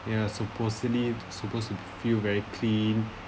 and you supposedly supposed to feel very clean